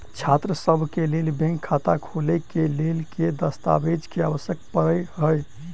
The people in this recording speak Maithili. छात्रसभ केँ लेल बैंक खाता खोले केँ लेल केँ दस्तावेज केँ आवश्यकता पड़े हय?